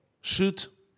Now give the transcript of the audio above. shoot